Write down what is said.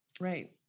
Right